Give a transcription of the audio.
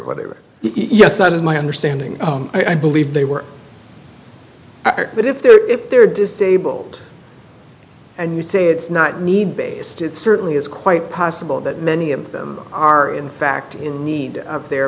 whatever yes that is my understanding i believe they were but if they're if they're disabled and you say it's not need based it certainly is quite possible that many of them are in fact in need of their